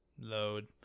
Load